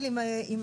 עם